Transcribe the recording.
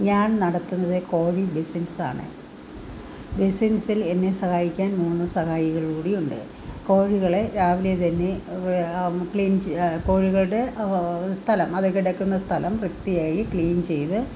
ഞാൻ നടത്തുന്നത് കോഴി ബിസിനസാണ് ബിസിനസിൽ എന്നെ സഹായിക്കാൻ മൂന്ന് സഹായികളും കൂടിയുണ്ട് കോഴികളെ രാവിലെ തന്നെ ക്ലീൻ കോഴികളുടെ സ്ഥലം വൃത്തിയായി ക്ലീൻ ചെയ്ത്